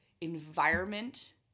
environment